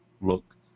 look